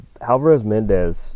Alvarez-Mendez